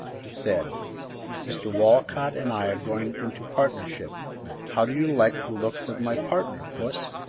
he said mr. walcott and i are going into partnership how do you like the looks of my partner, puss?